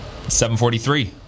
743